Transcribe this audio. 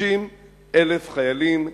30,000 חיילים,